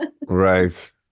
Right